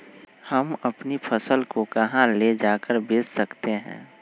हम अपनी फसल को कहां ले जाकर बेच सकते हैं?